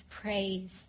praise